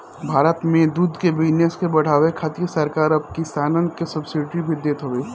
भारत में दूध के बिजनेस के बढ़ावे खातिर सरकार अब किसानन के सब्सिडी भी देत हवे